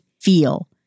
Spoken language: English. feel